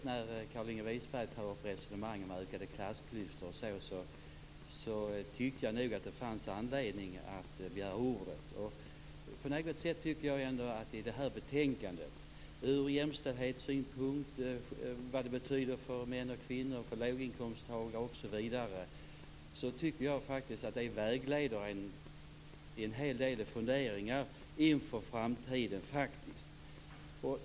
När Carlinge Wisberg tog upp resonemang om ökade klassklyftor tyckte jag att det fanns anledning att begära ordet. Jag tycker att det här betänkandet tar upp vad förslaget innebär ur jämställdhetssynpunkt, vad det betyder för män och kvinnor, och vad det betyder för låginkomsttagare osv. Det vägleder i en hel del funderingar inför framtiden.